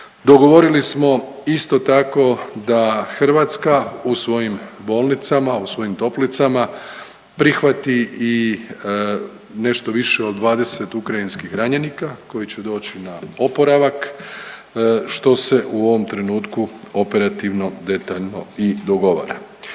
dogovorili smo isto tako da Hrvatska u svojim bolnicama u svojim toplicama prihvati i nešto više od 20 ukrajinskih ranjenika koji će doći na oporavak što se u ovom trenutku operativno detaljno i dogovara.